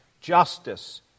justice